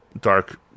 dark